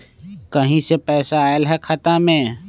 कहीं से पैसा आएल हैं खाता में?